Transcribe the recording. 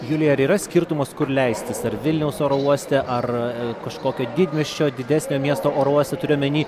julija ar yra skirtumas kur leistis ar vilniaus oro uoste ar kažkokio didmiesčio didesnio miesto oro uoste turiu omeny